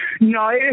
No